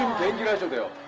did you and do?